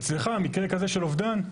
אצלך, במקרה כזה של אובדן,